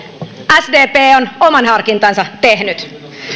sdp on oman harkintansa tehnyt